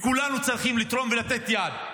כולנו צריכים לתרום ולתת יד.